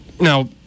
Now